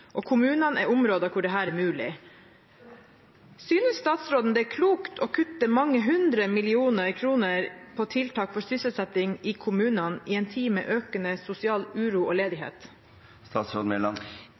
og kommunene er områder hvor dette er mulig. Synes statsråden det er klokt å kutte mange hundre millioner kroner på tiltak for sysselsetting i kommunene i en tid med økende sosial uro og